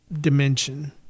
dimension